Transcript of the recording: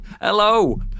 hello